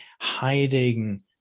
hiding